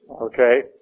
Okay